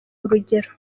urugero